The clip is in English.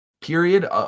period